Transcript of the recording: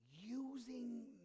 Using